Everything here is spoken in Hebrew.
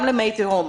גם למי תהום.